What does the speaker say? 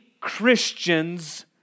Christians